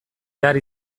behar